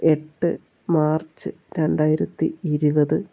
എട്ട് മാർച്ച് രണ്ടായിരത്തി ഇരുപത്